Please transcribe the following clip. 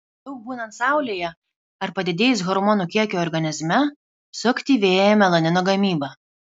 daug būnant saulėje ar padidėjus hormonų kiekiui organizme suaktyvėja melanino gamyba